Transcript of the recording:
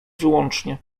wyłącznie